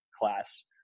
class